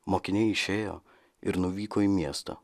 mokiniai išėjo ir nuvyko į miestą